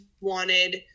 wanted